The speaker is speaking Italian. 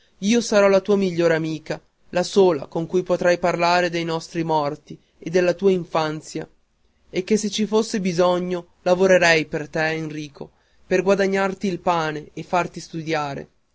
io la tua migliore amica la sola con cui potrai parlare dei nostri morti e della tua infanzia e che se ci fosse bisogno lavorerei per te enrico per guadagnarti il pane e farti studiare